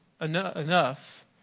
enough